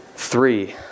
Three